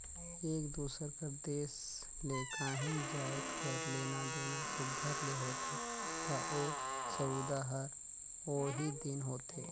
एक दूसर कर देस ले काहीं जाएत कर लेना देना सुग्घर ले होथे ता ओ सउदा हर ओही दिन होथे